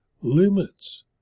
limits